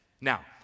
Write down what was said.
Now